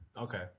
Okay